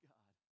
God